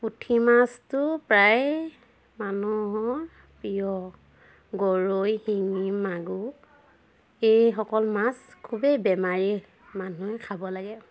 পুঠি মাছটো প্ৰায় মানুহৰ প্ৰিয় গৰৈ শিঙি মাগুৰ এইসকল মাছ খুবেই বেমাৰী মানুহে খাব লাগে